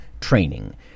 training